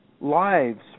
lives